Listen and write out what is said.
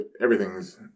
everything's